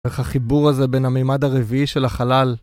רק החיבור הזה בין המימד הרביעי של החלל